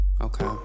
okay